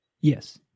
Yes